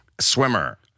Swimmer